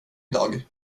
idag